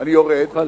נא לסיים.